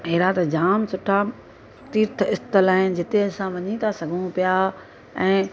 अहिड़ा त जाम सुठा तीर्थ स्थल आहिनि जिते असां वञी था सघूं पिया ऐं